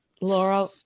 Laura